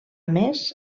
més